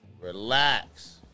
relax